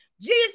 Jesus